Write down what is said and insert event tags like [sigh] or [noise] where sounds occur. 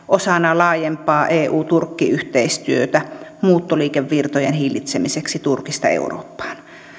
[unintelligible] osana laajempaa eu turkki yhteistyötä muuttoliikevirtojen hillitsemiseksi turkista eurooppaan